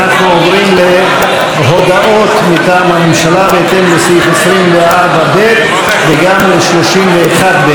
אנחנו עוברים להודעות מטעם הממשלה בהתאם לסעיף 24(ב) וגם 31(ב).